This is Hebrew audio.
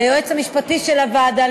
ליועץ המשפטי של הוועדה,